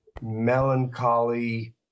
melancholy